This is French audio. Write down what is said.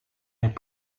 est